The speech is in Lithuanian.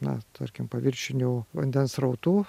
na tarkim paviršinių vandens srautų